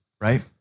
right